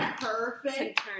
perfect